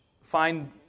find